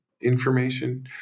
information